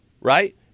right